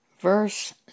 verse